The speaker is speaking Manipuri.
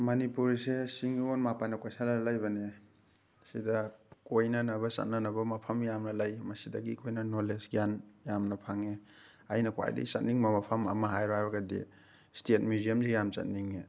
ꯃꯅꯤꯄꯨꯔꯁꯦ ꯆꯤꯡꯂꯣꯟ ꯃꯥꯄꯟꯅ ꯀꯣꯏꯁꯜꯂꯒ ꯂꯩꯕꯅꯦ ꯁꯤꯗ ꯀꯣꯏꯅꯅꯕ ꯆꯠꯅꯅꯕ ꯃꯐꯝ ꯌꯥꯝꯅ ꯂꯩ ꯃꯁꯤꯗꯒꯤ ꯑꯩꯈꯣꯏꯅ ꯅꯣꯂꯦꯖ ꯒ꯭ꯌꯥꯟ ꯌꯥꯝꯅ ꯐꯪꯉꯦ ꯑꯩꯅ ꯈ꯭ꯋꯥꯏꯗꯒꯤ ꯆꯠꯅꯤꯡꯕ ꯃꯐꯝ ꯑꯃ ꯍꯥꯏꯔꯣ ꯍꯥꯏꯔꯒꯗꯤ ꯏꯁꯇꯦꯠ ꯃ꯭ꯌꯨꯖꯤꯌꯝꯁꯤ ꯌꯥꯝ ꯆꯠꯅꯤꯡꯉꯦ